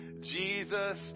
Jesus